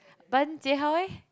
but then Jie-Hao eh